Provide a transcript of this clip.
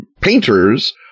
painters